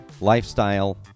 lifestyle